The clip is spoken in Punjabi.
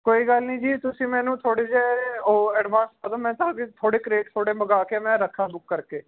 ਕੋਈ ਗੱਲ ਨਹੀਂ ਜੀ ਤੁਸੀਂ ਮੈਨੂੰ ਥੋੜ੍ਹੀ ਜਿਹੇ ਉਹ ਐਡਵਾਂਸ ਕਰਦੋ ਮੈਂ ਤਾਂ ਕਿ ਤੁਹਾਡੇ ਕਰੇਟ ਤੁਹਾਡੇ ਮੰਗਾ ਕੇ ਮੈਂ ਰੱਖਾਂ ਬੁੱਕ ਕਰਕੇ